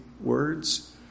words